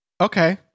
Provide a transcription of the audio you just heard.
Okay